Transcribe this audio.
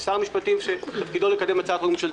המשפטים שתפקידו לקדם הצעת חוק ממשלתית.